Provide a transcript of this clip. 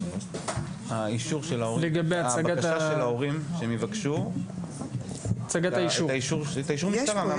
פניית ההורים שהם יבקשו את האישור מהמשטרה.